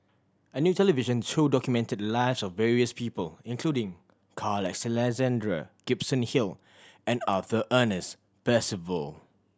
a new television show documented the lives of various people including Carl Alexander Gibson Hill and Arthur Ernest Percival